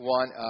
one